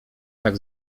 tak